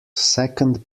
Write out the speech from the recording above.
second